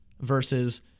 versus